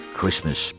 Christmas